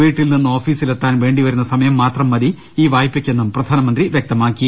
വീട്ടിൽ നിന്ന് ഓഫീസിലെത്താൻ വേണ്ടിവരുന്ന സമയം മാത്രം മതി ഈ വായ്പക്കെന്നും പ്രധാനമന്ത്രി വൃക്തമാക്കി